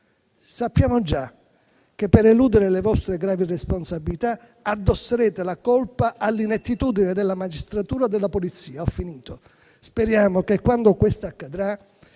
Sappiamo già che per eludere le vostre gravi irresponsabilità addosserete la colpa all'inettitudine della magistratura e della polizia. Speriamo che quando questo accadrà